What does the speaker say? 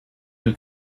who